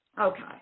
Okay